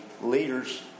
leaders